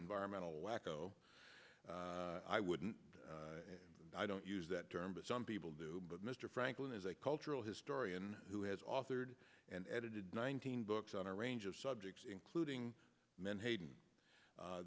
environmental wacko i wouldn't i don't use that term but some people do but mr franklin is a cultural historian who has authored and edited nineteen books on a range of subjects including menha